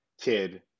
kid